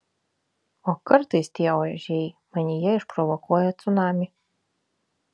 o kartais tie ožiai manyje išprovokuoja cunamį